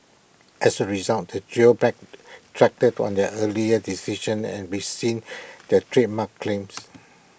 as A result the trio backtracked on their earlier decision and rescinded their trademark claims